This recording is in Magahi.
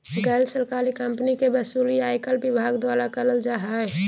गैर सरकारी कम्पनी के वसूली आयकर विभाग द्वारा करल जा हय